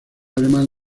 alemán